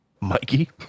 Mikey